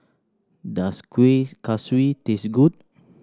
does Kuih Kaswi taste good